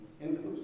inclusive